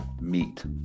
meat